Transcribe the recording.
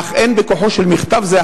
אך אין בכוחו של מכתב זה,